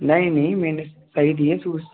नहीं नहीं मैंने सही दिए शूस